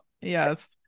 yes